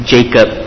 Jacob